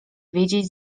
wiedzieć